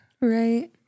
right